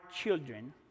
children